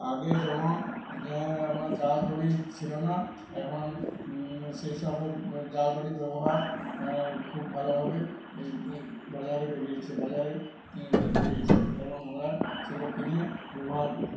আগে যেমন আপনার জালদড়ি ছিল না এখন সেই সবের জালদড়ি ব্যবহার খুব ভালোভাবে বাজারে বেরিয়েছে বাজারে বেরিয়েছে এবং আমরা সেগুলো কিনে ব্যবহার করি